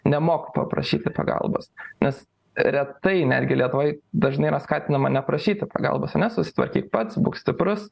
nemoka paprašyti pagalbos nes retai netgi lietuvoj dažnai yra skatinama neprašyti pagalbos ana susitvarkyk pats būk stiprus